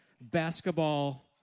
basketball